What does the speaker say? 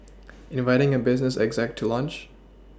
inviting a business exec to lunch